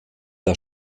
der